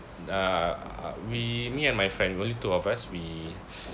uh we me and my friend only two of us we